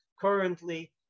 currently